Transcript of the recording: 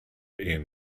ian